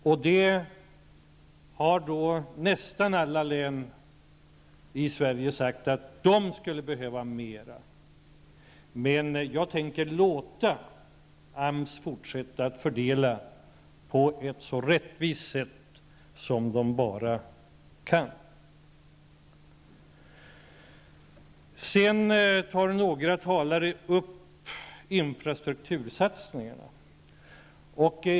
Från nästan alla län i Sverige har sagts att de skulle behöva mera, men jag tänker låta AMS fortsätta att fördela pengarna på ett så rättvist sätt som man där kan. Några talare tar upp infrastruktursatsningarna.